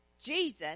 Jesus